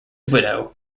widow